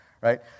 right